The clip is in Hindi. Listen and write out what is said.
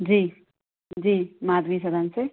जी जी माधुरी सदन से